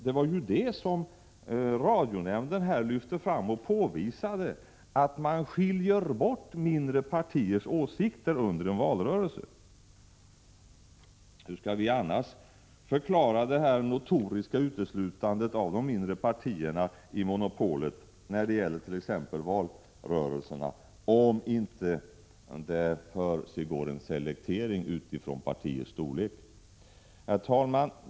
Det var detta som radionämnden lyfte fram och påpekade: mindre partiers åsikter skiljs bort under en valrörelse. Hur skall vi annars kunna förklara det notoriska uteslutandet av de mindre partierna i monopolet när det gäller t.ex. valrörelser, om det inte försiggår en selektion utifrån partiets storlek? Herr talman!